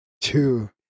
two